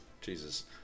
Jesus